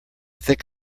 thick